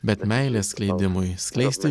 bet meilės skleidimui skleisti